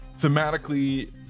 thematically